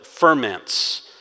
ferments